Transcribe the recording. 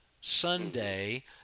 Sunday